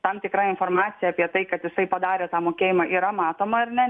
tam tikra informacija apie tai kad jisai padarė tą mokėjimą yra matoma ar ne